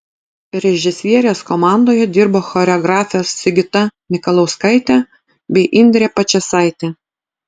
režisierės komandoje dirbo choreografės sigita mikalauskaitė bei indrė pačėsaitė